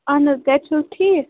اہن حظ گرِ چھُو حظ ٹھیک